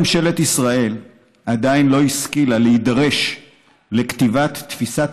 ממשלת ישראל עדיין לא השכילה להידרש לכתיבת תפיסת